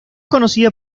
conocida